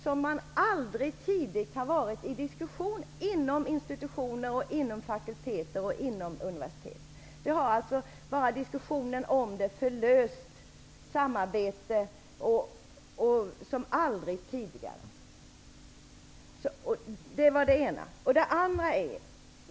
Man har aldrig tidigare diskuterat detta inom institutioner, fakulteter och universitet. Enbart diskussionen om systemet har varit förlösande, och man har samarbetat som aldrig tidigare.